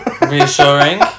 Reassuring